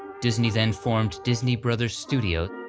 disney then formed disney bros studio,